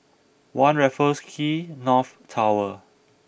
One Raffles Quay North Tower